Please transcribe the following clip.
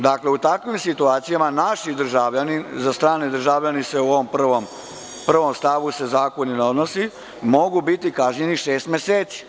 Dakle, u takvim situacijama naš državljanin, za strane državljane se u ovom prvom stavu zakon ne odnosi, mogu biti kažnjeni šest meseci.